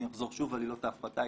אני אחזור שוב על עילות ההפחתה,